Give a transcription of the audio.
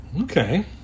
Okay